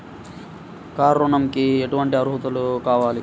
Car ఋణంకి ఎటువంటి అర్హతలు కావాలి?